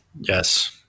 Yes